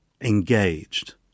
engaged